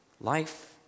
life